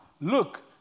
Look